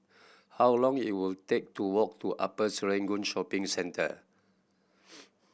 how long it will take to walk to Upper Serangoon Shopping Centre